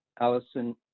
Allison